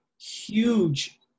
huge